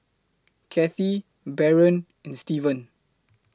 Cathey Barron and Steven